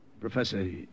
Professor